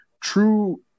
true